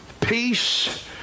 peace